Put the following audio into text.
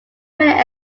many